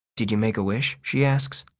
did you make a wish? she asks.